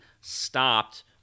stopped